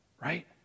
right